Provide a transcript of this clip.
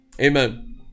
Amen